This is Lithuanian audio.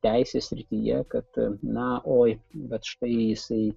teisės srityje kad na oi bet štai jisai